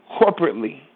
corporately